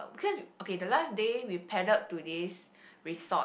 because okay the last day we paddled to this resort